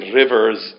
rivers